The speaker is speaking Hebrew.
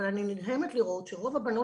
אבל אני נדהמת לראות שרוב הבנות